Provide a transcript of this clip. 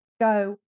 go